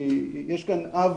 יש כאן אב